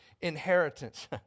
inheritance